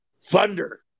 thunder